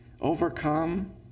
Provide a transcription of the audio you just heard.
overcome